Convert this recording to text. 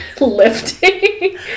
lifting